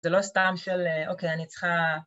זה לא סתם של אוקיי אני צריכה